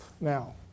now